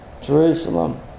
Jerusalem